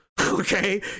okay